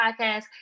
Podcast